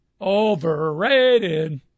overrated